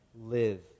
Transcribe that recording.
live